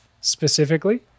specifically